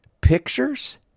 pictures